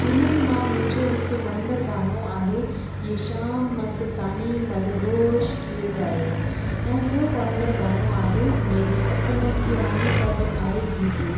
हुननि मां मुंहिंजो हिकु वणंदड़ गानो आहे ये शाम मस्तानी मदहोश किए जाए ऐं ॿियों वणंदड़ गानो आहे मेरे सपनो कि रानी कब आएगी तूं